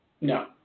No